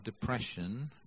depression